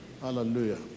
Hallelujah